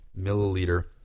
milliliter